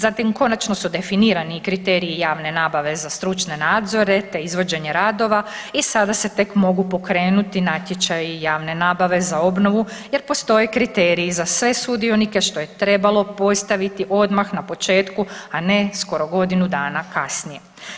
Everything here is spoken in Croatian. Zatim konačno su definirani i kriteriji javne nabave za stručne nadzore te izvođenje radova i sada se tek mogu pokrenuti natječaji i javne nabave za obnovu jer postoje kriteriji za sve sudionike što je trebalo postaviti odmah na početku, a ne skoro godinu dana kasnije.